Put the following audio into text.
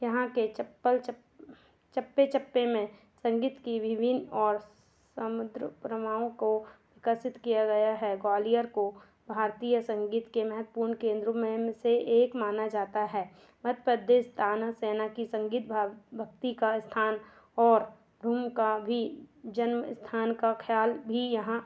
यहाँ के चप्पल चप चप्पे चप्पे में संगीत की विभिन्न और समृद्ध प्रथाओं को आकर्षित किया गया है ग्वालियर को भारतीय संगीत के महत्वपूण केन्द्रों में से एक माना जाता है मध्य प्रदेश तानसेन की संगीत भाव भक्ति का स्थान और धूम का भी जन्म स्थान का ख़याल भी यहाँ